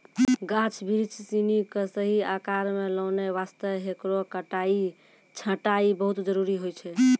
गाछ बिरिछ सिनि कॅ सही आकार मॅ लानै वास्तॅ हेकरो कटाई छंटाई बहुत जरूरी होय छै